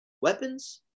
weapons